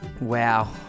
Wow